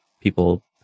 people